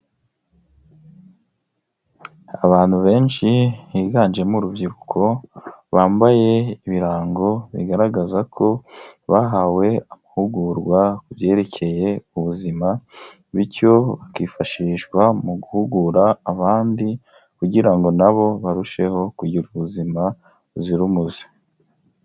Abantu benshi higanjemo urubyiruko, bambaye ibirango bigaragaza ko bahawe amahugurwa ku byerekeye ubuzima bityo bakifashishwa mu guhugura abandi kugira ngo na bo barusheho kugira ubuzima buzira umuze.